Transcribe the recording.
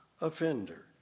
offender